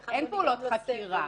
אין פעולות חקירה.